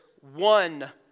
one